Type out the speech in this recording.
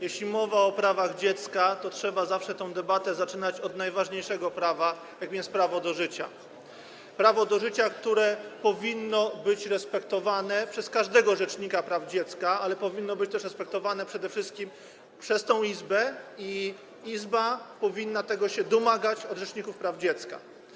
Jeśli mowa o prawach dziecka, to trzeba tę debatę zawsze zaczynać od najważniejszego prawa, jakim jest prawo do życia, prawo do życia, które powinno być respektowane przez każdego rzecznika praw dziecka, ale powinno być też respektowane przede wszystkim przez tę Izbę i Izba powinna się tego domagać od rzeczników praw dziecka.